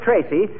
Tracy